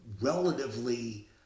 relatively